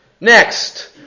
Next